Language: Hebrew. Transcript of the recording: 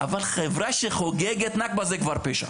אבל חברה שחוגגת נכבה זה כבר פשע.